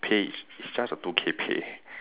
pay it's just a two K pay